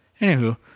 anywho